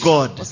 God